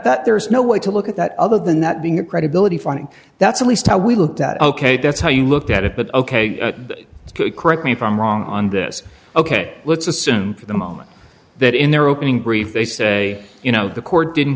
that there's no way to look at that other than that being a credibility finding that's at least how we looked at ok that's how you looked at it but ok correct me if i'm wrong on this ok let's assume for the moment that in their opening brief they say you know the court didn't